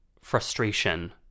frustration